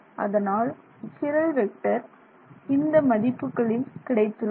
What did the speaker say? அதனால் சிரல் வெக்டர் இந்த மதிப்புகளில் கிடைத்துள்ளது